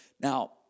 Now